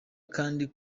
kandi